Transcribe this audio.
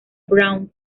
brown